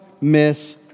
miss